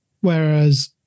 Whereas